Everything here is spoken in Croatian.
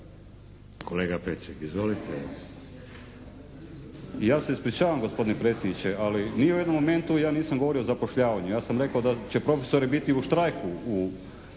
**Pecek, Željko (HSS)** Ja se ispričavam gospodine predsjedniče, ali ni u jednom momentu ja nisam govorio o zapošljavanju, ja sam rekao da će profesori biti u štrajku u